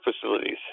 facilities